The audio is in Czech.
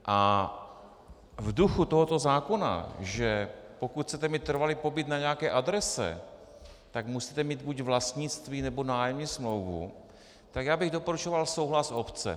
A v duchu tohoto zákona, že pokud chcete mít trvalý pobyt na nějaké adrese, tak musíte mít buď vlastnictví, anebo nájemní smlouvu, tak já bych doporučoval souhlas obce.